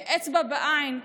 כאצבע בעין,